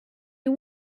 you